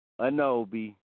Anobi